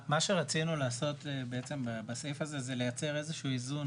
מה שרצינו לעשות בסעיף הזה זה לייצר איזה שהוא איזון